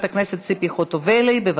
(זמן שידור מרבי לתשדירי פרסומת בשידורי רדיו),